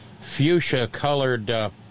fuchsia-colored